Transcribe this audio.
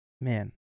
man